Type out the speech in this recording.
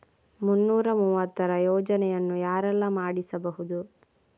ಮುನ್ನೂರ ಮೂವತ್ತರ ಯೋಜನೆಯನ್ನು ಯಾರೆಲ್ಲ ಮಾಡಿಸಬಹುದು?